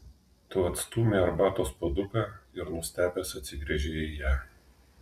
tu atstūmei arbatos puoduką ir nustebęs atsigręžei į ją